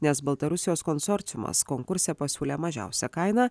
nes baltarusijos konsorciumas konkurse pasiūlė mažiausią kainą